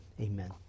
Amen